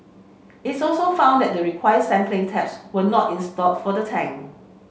its also found that the required sampling taps were not installed for the tank